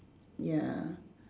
ya